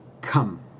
come